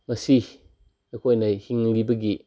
ꯉꯁꯤ ꯑꯩꯈꯣꯏꯅ ꯍꯤꯡꯂꯤꯕꯒꯤ